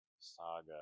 Saga